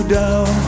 down